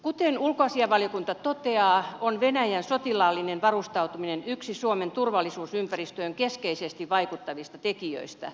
kuten ulkoasiainvaliokunta toteaa on venäjän sotilaallinen varustautuminen yksi suomen turvallisuusympäristöön keskeisesti vaikuttavista tekijöistä